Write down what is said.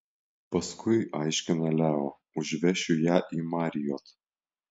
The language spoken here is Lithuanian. paskui aiškina leo užvešiu ją į marriott